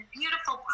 beautiful